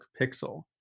pixel